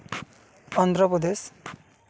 Andhra Pradesh